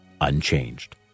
unchanged